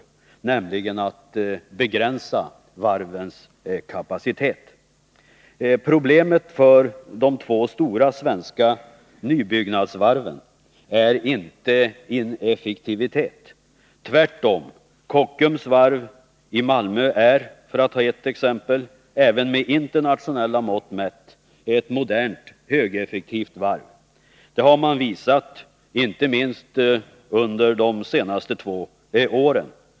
Det är nämligen fråga om att begränsa varvens kapacitet. Problemet för de två stora svenska nybyggnadsvarven är inte ineffektivitet - tvärtom. Kockums varv i Malmö är — för att ta ett exempel — även med internationella mått mätt ett modernt och högeffektivt varv. Det har man visat inte minst under de två senaste åren.